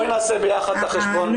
בואי נעשה ביחד את החשבון.